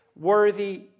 worthy